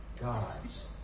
God's